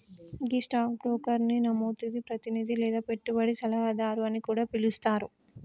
గీ stock బ్రోకర్ని నమోదిత ప్రతినిధి లేదా పెట్టుబడి సలహాదారు అని కూడా పిలుస్తారు